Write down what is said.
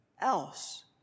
else